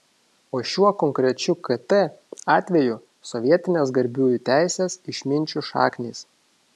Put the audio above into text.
o šiuo konkrečiu kt atveju sovietinės garbiųjų teisės išminčių šaknys